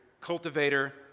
cultivator